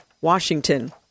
Washington